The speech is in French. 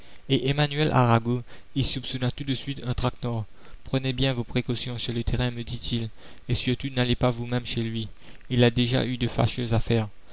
et emmanuel arago y soupçonna tout de suite un traquenard prenez bien vos précautions sur le terrain me ditil et surtout n'allez pas vous-même chez lui il a déjà eu de fâcheuses affaires